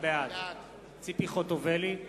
בעד ציפי חוטובלי,